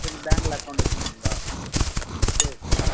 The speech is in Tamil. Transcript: எங்கள் பேங்கில் அக்கௌன்ட் வச்சிருந்திங்களா சரி சார்